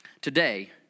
today